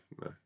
no